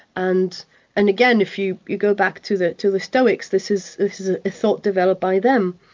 and and again, if you you go back to the to the stoics, this is this is a thought developed by them.